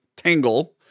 Tangle